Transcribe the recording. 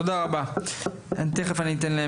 תודה רבה, תכף אתן להן.